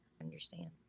Understand